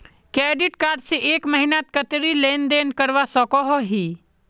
Credit card से एक महीनात कतेरी लेन देन करवा सकोहो ही?